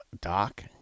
Doc